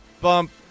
bump